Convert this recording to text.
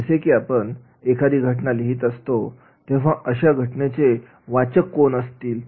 जसे की आपण एखादी घटना लिहीत असतो तेव्हा अशा घटनेचे वाचक कोण असतील